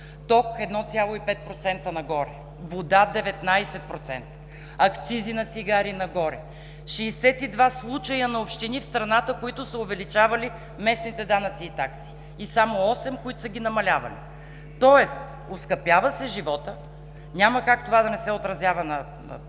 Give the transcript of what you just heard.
ток – 1,5% нагоре, вода – 19%, акцизи на цигари – нагоре, 62 случая на общини в страната, които са увеличавали местните данъци и такси и само осем, които са ги намалявали. Тоест, оскъпява се животът, няма как това да не се отразява на